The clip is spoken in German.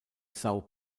são